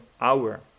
hour